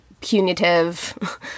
punitive